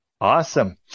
Awesome